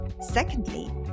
Secondly